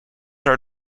are